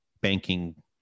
banking